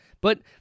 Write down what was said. But-